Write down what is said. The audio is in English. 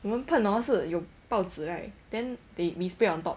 我们喷 hor 是有报纸 right then they we spray on top